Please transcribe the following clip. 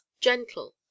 gentle